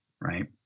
right